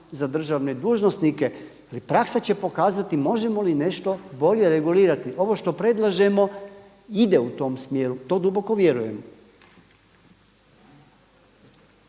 za državne dužnosnike, ali praksa će pokazati možemo li nešto bolje regulirati. Ovo što predlažemo ide u tom smjeru, to duboko vjerujem.